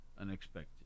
unexpected